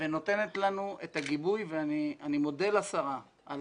ונותנת לנו את הגיבוי ואני מודה לשרה על